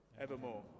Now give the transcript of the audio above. evermore